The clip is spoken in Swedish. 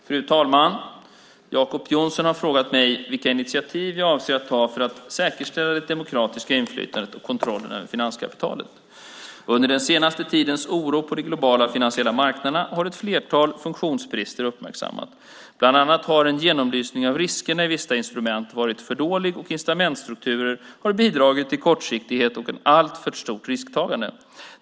Fru talman! Jacob Johnson har frågat mig vilka initiativ jag avser att ta för att säkerställa det demokratiska inflytandet och kontrollen över finanskapitalet. Under den senaste tidens oro på de globala finansiella marknaderna har ett flertal funktionsbrister uppmärksammats. Bland annat har genomlysningen av riskerna i vissa instrument varit för dålig och incitamentsstrukturer har bidragit till kortsiktighet och ett alltför stort risktagande.